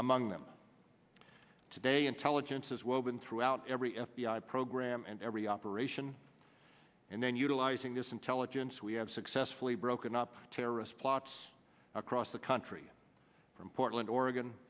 among them today intelligence is woven throughout every f b i program and every operation and then utilizing this intelligence we have successfully broken up terrorist plots across the country from portland oregon